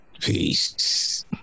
Peace